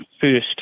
first